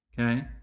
Okay